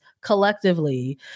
collectively